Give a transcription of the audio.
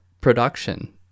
production